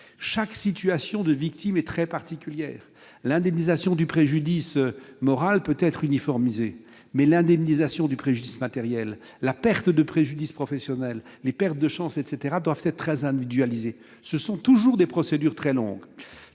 chaque situation de victime est très particulière. L'indemnisation du préjudice moral peut être uniformisée ; mais l'indemnisation du préjudice matériel, du préjudice professionnel, des pertes de chance, etc. doit être très individualisée- de telles procédures, d'ailleurs,